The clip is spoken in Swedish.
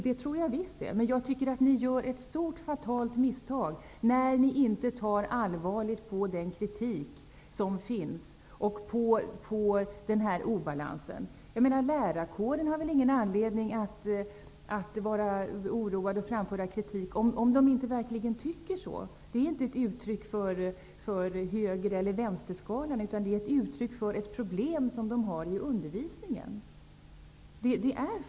Jag tror visst att det går. Men ni gör ett stort fatalt misstag när ni inte tar allvarligt på den kritik som finns och på den här obalansen. Inom lärarkåren har man väl ingen anledning att vara oroad och att framföra kritik, om man inte verkligen tycker som man gör. Det är inte ett uttryck för höger eller vänsterskalan utan för ett problem som man har i undervisningen.